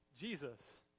Jesus